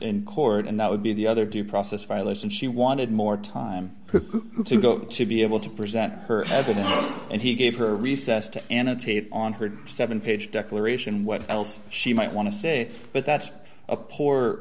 in court and that would be the other due process if i listened she wanted more time to go to be able to present her evidence and he gave her a recess to annotate on her seven page declaration what else she might want to say but that's a poor